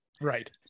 right